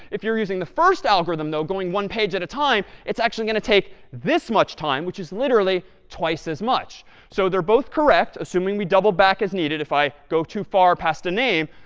if you're using the first algorithm, though, going one page at a time, it's actually going to take this much time, which is literally twice as much. so they're both correct, assuming we double back as needed if i go too far past a name.